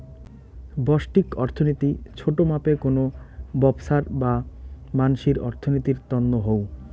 ব্যষ্টিক অর্থনীতি ছোট মাপে কোনো ব্যবছার বা মানসির অর্থনীতির তন্ন হউ